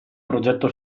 progetto